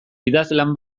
idazlan